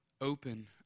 open